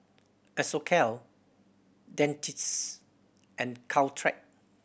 Isocal Dentiste and Caltrate